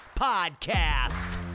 Podcast